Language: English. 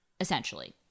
essentially